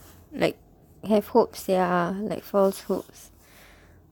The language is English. like have hope sia like false hopes